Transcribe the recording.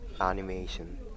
animation